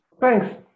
Thanks